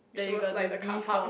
which was like the carpark